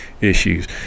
issues